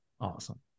Awesome